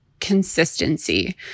consistency